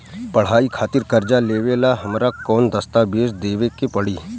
पढ़ाई खातिर कर्जा लेवेला हमरा कौन दस्तावेज़ देवे के पड़ी?